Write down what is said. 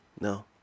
No